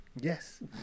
Yes